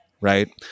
right